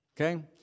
Okay